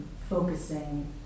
focusing